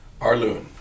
Arloon